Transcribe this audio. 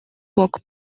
бог